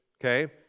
okay